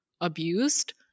abused